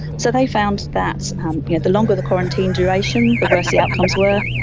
so they found that um yeah the longer the quarantine duration, the worse the outcomes were.